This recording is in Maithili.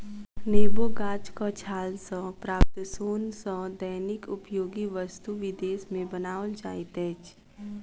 नेबो गाछक छाल सॅ प्राप्त सोन सॅ दैनिक उपयोगी वस्तु विदेश मे बनाओल जाइत अछि